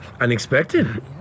Unexpected